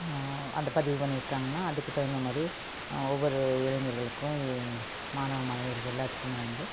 அந்த பதிவு பண்ணியிருக்காங்கன்னா அதுக்கு தகுந்தமாதிரி ஒவ்வொரு இளைஞர்களுக்கும் மாணவ மாணவிகள் எல்லாத்துக்குமே வந்து